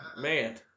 Man